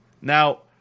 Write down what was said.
Now